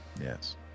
Yes